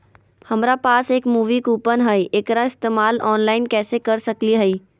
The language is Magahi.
हमरा पास एक मूवी कूपन हई, एकरा इस्तेमाल ऑनलाइन कैसे कर सकली हई?